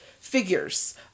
figures